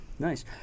Nice